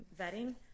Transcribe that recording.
vetting